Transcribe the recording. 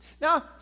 Now